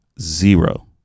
zero